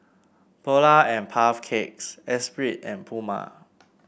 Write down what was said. Polar and Puff Cakes Espirit and Puma